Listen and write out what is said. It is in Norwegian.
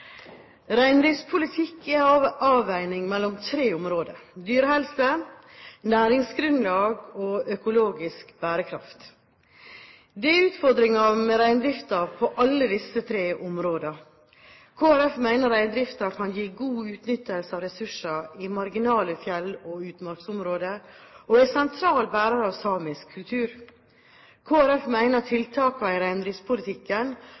Reindriftspolitikk er en avveining mellom tre områder: dyrehelse, næringsgrunnlag og økologisk bærekraft. Det er utfordringer med reindriften på alle disse tre områdene. Kristelig Folkeparti mener reindriften kan gi god utnyttelse av ressurser i marginale fjell- og utmarksområder og er en sentral bærer av samisk kultur.